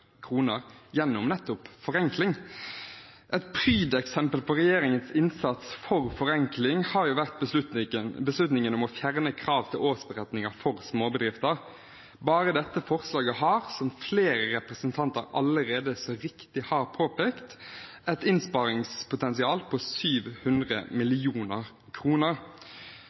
gjennom nettopp forenkling. Et prydeksempel på regjeringens innsats for forenkling har jo vært beslutningen om å fjerne krav til årsberetninger for småbedrifter. Bare dette forslaget har, som flere representanter allerede så riktig har påpekt, et innsparingspotensial på 700